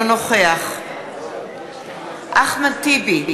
אינו נוכח אחמד טיבי,